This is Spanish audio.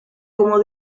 como